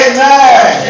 Amen